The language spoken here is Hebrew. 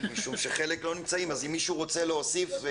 משום שחלק לא נמצאים, אז אם מישהו רוצה להוסיף.